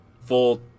full